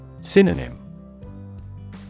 Synonym